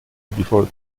before